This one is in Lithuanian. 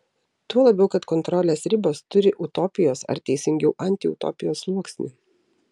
tuo labiau kad kontrolės ribos turi utopijos ar teisingiau antiutopijos sluoksnį